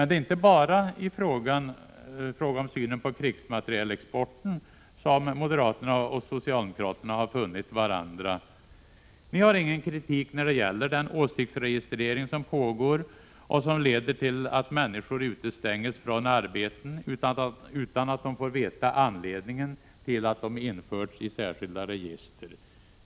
Det är inte bara i fråga om synen på krigsmaterielexporten som moderaterna och socialdemokraterna har funnit varandra. Ni har ingen kritik när det gäller den åsiktsregistrering som pågår och som leder till att människor utestängs från arbeten utan att de får veta anledningen till att de införts i särskilda register.